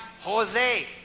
Jose